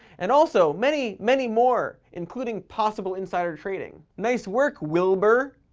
and also many, many more, including possible insider trading. nice work, wilbur.